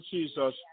Jesus